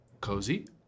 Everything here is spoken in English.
Cozy